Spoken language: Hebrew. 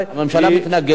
הממשלה מתנגדת?